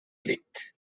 leaked